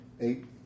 Eight